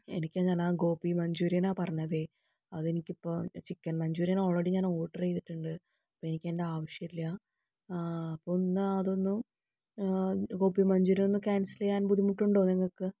എനിക്ക് ഞാൻ ഗോപി മഞ്ചൂരിയൻ ആയിരുന്നേ പറഞ്ഞത് അതെനിക്കിപ്പോൾ ചിക്കൻ മഞ്ചൂരിയൻ ഓൾറെഡി ഓർഡർ ചെയ്തിട്ടുണ്ട് എനിക്ക് അതിൻ്റെ ആവശ്യമില്ല അപ്പോൾ ഒന്നതൊന്ന് ഗോപി മഞ്ചൂരിയൻ ഒന്ന് ക്യാൻസൽ ചെയ്യാൻ ബുദ്ധിമുട്ടുണ്ടോ നിങ്ങൾക്ക്